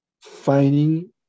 finding